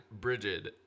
Bridget